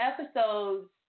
episodes